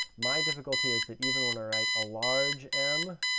my difficulty is that even when i write a large m,